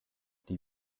die